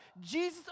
Jesus